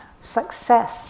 success